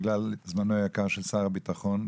בגלל זמנו היקר של שר הביטחון,